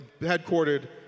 headquartered